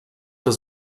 was